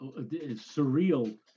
surreal